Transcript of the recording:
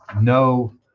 no